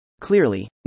Clearly